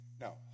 No